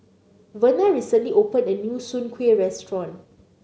Verna recently opened a new Soon Kueh restaurant